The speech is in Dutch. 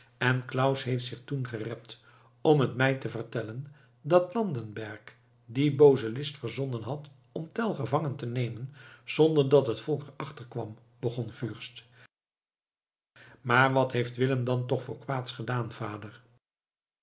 en claus heeft zich toen gerept om het mij te vertellen dat landenberg die booze list verzonnen had om tell gevangen te nemen zonder dat het volk er achter kwam begon fürst maar wat heeft willem dan toch voor kwaads gedaan vader